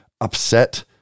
upset